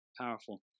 Powerful